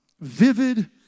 vivid